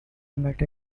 met